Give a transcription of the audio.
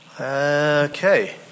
Okay